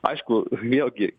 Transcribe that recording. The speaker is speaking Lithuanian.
aišku vėlgi